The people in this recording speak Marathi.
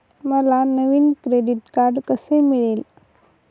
मला नवीन क्रेडिट कार्ड कसे मिळेल?